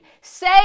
Say